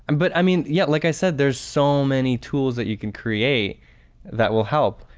and but i mean yeah, like i said, there's so many tools that you can create that will help.